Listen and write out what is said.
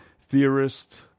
theorist